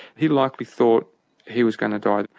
he likely thought he was going to die.